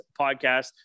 podcast